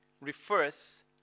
refers